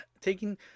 taking